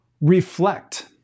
Reflect